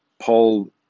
Paul